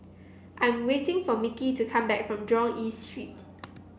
I'm waiting for Micky to come back from Jurong East Street